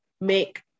make